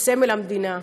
זה סמל המדינה.